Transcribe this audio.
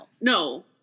No